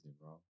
bro